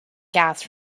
gas